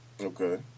Okay